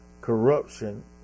corruption